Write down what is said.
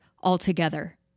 altogether